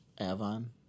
avon